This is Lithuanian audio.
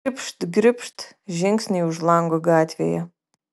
gribšt gribšt žingsniai už lango gatvėje